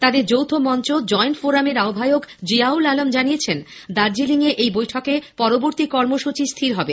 তাদের যৌথমঞ্চ joint forum এর আহ্বায়ক জিয়াউল আলাম জানিয়েছেন দার্জিলিং এ ওই বৈঠকে পরবর্তী কর্মসূচী ঠিক হবে